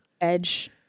edge